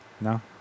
No